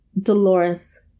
Dolores